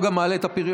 הוא גם מעלה את הפריון.